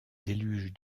déluge